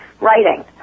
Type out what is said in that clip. writing